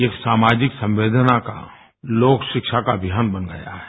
यह एक सामाजिक संवेदना का लोक शिक्षा का अभियान बन गया है